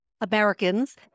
Americans